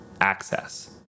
access